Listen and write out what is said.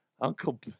Uncle